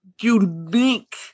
unique